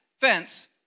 fence